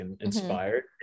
inspired